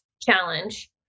challenge